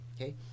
Okay